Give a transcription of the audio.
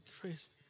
Christ